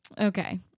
Okay